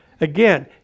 Again